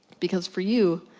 because for you,